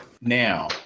Now